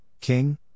King